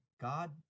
God